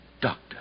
Doctor